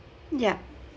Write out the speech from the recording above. yeah